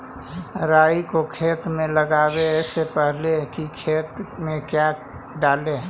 राई को खेत मे लगाबे से पहले कि खेत मे क्या डाले?